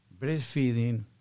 breastfeeding